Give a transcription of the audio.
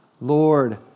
Lord